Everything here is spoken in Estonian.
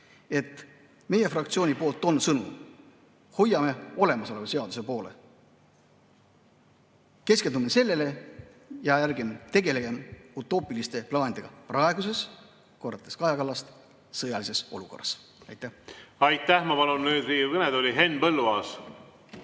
et meie fraktsiooni sõnum on: hoiame olemasoleva seaduse poole, keskendume sellele ja ärgem tegelegem utoopiliste plaanidega praeguses, korrates Kaja Kallast, sõjalises olukorras. Aitäh! Aitäh! Ma palun nüüd Riigikogu kõnetooli Henn Põlluaasa.